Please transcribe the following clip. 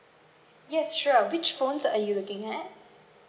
yes sure which phones are you looking at